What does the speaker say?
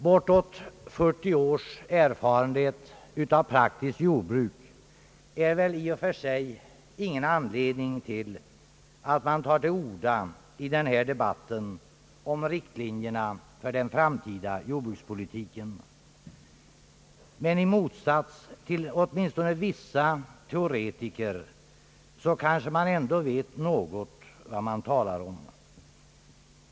Bortåt 40 års erfarenhet av praktiskt jordbruksarbete är väl i och för sig ingen anledning att ta till orda i debatten om riktlinjerna för den framtida jordbrukspolitiken. Men, i motsats till vissa teoretiker kanske man ändå vet något vad man talar om.